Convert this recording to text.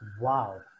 Wow